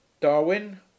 darwin